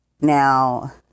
Now